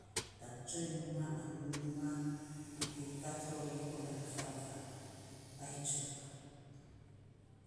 Tan tsoiny mumua an muiny mumua nating kat rori koman na fan faavot, ai tsun.